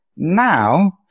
Now